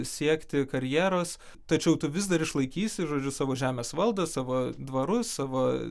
siekti karjeros tačiau tu vis dar išlaikysi žodžiu savo žemės valdą savo dvarus savo